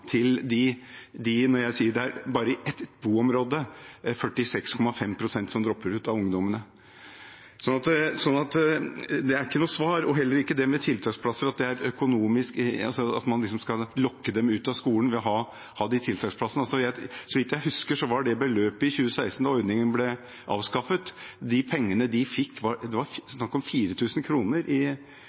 til dem når det bare i ett boområde er 46,5 pst. av ungdommene som dropper ut. Det er ikke noe svar, og heller ikke det at man med tiltaksplasser liksom skal lokke dem ut av skolen ved å ha disse tiltaksplassene. Så vidt jeg husker var det beløpet de fikk da ordningen ble avskaffet i 2016, på 4 000 kr – om det var i uken, det var i hvert fall mer i